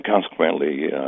consequently